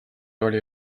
oli